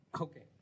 Okay